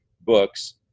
books